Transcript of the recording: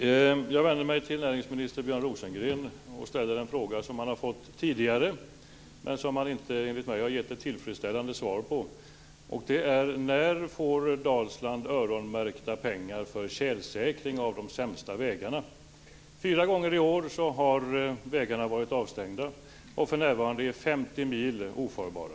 Fru talman! Jag vänder mig till näringsminister Björn Rosengren och ställer en fråga som han har fått tidigare, men som han inte enligt mig har gett ett tillfredsställande svar på. När får Dalsland öronmärkta pengar för tjälsäkring av de sämsta vägarna? Fyra gånger i år har vägarna varit avstängda, och för närvarande är 50 mil ofarbara.